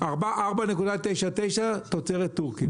4.99 ש"ח תוצרת טורקיה.